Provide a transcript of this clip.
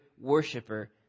worshiper